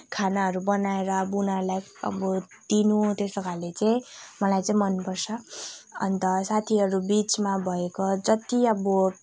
खानाहरू बनाएर अब उनीहरूलाई अब दिनु त्यस्तो खाले चाहिँ मलाई चाहिँ मन पर्छ अन्त साथीहरू बिचमा भएको जति अब